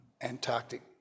Antarctic